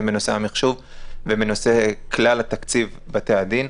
בנושא המחשוב ובנושא כלל תקציב בתי הדין.